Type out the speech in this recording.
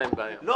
אורי מקלב (יו"ר ועדת המדע והטכנולוגיה): לא,